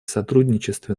сотрудничестве